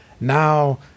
now